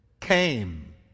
came